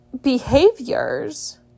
behaviors